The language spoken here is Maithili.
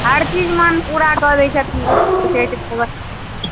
हर चीज मन पूरा कऽ दै छथिन उच्चैठ भगवती